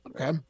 Okay